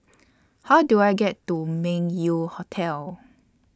How Do I get to Meng Yew Hotel